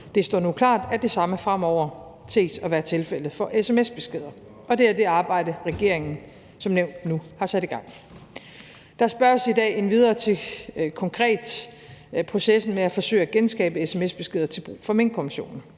Det står nu klart, at det samme fremover ses at være tilfældet for sms-beskeder. Og det er det arbejde, regeringen som nævnt nu har sat i gang. Der spørges i dag endvidere konkret til processen med at forsøge at genskabe sms-beskeder til brug for Minkkommissionen.